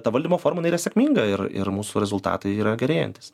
ta valdymo forma jinai yra sėkminga ir ir mūsų rezultatai yra gerėjantys